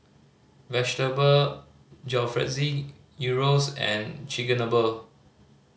Vegetable Jalfrezi Gyros and Chigenabe